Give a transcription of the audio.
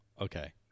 Okay